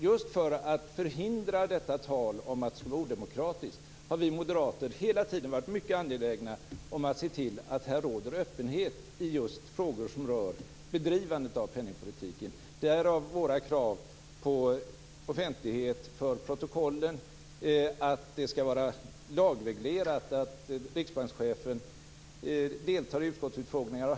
Just för att förhindra detta tal om att det skulle vara odemokratiskt har vi moderater hela tiden varit mycket angelägna om att se till att öppenhet råder i frågor som rör bedrivandet av penningpolitiken - därav våra krav på offentlighet för protokollen och på att det skall vara lagreglerat att riksbankschefen deltar i utskottsutfrågningar.